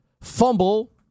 fumble